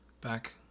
back